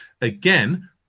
Again